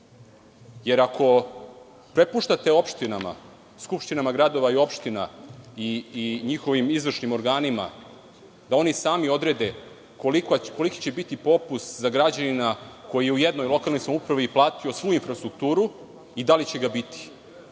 Jer, ako prepuštate opštinama, skupštinama gradova i opština i njihovim izvršnim organima da sami odrede koliki će biti popust za građanina koji je u jednoj lokalnoj samoupravi platio svu infrastrukturu i da li će ga biti,